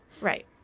right